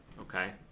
okay